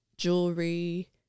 jewelry